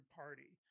party